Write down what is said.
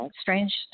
strange